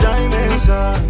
Dimension